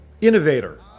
innovator